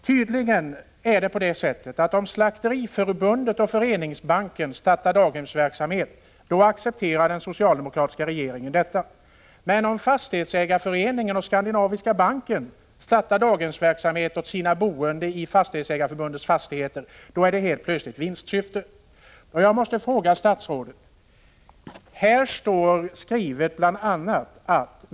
Tydligen är det på det sättet att om Slakteriförbundet och Föreningsbanken startar daghemsverksamhet, accepterar den socialdemokratiska regeringen detta, men om Fastighetsägareförbundet och Skandinaviska banken startar daghemsverksamhet åt de boende i Fastighetsägareförbundets fastigheter, är det helt plötsligt i vinstsyfte.